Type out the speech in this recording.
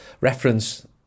reference